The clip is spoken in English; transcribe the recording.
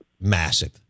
massive